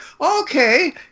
Okay